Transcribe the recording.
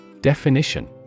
Definition